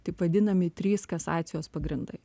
taip vadinami trys kasacijos pagrindai